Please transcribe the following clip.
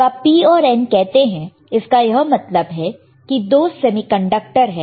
जब आप P और N कहते हैं इसका यह मतलब है कि दो सेमीकंडक्टर है